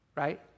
Right